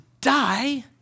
die